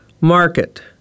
market